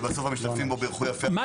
ובסוף המשתתפים בו ברכו יפה --- מה